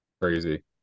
crazy